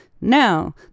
Now